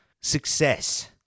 success